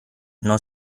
non